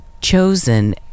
chosen